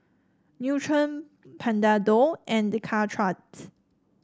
Nutren Panadol and Caltrate